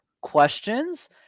Questions